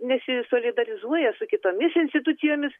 nesisolidarizuoja su kitomis institucijomis